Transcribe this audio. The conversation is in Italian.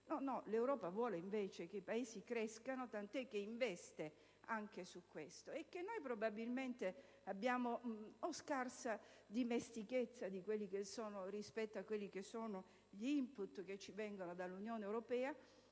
L'Europa vuole invece che i singoli Paesi crescano, tant'è che investe anche su questo. Il fatto è che noi probabilmente abbiamo o scarsa dimestichezza rispetto agli *input* che ci vengono dall'Unione europea,